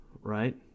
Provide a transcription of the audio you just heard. right